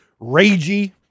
ragey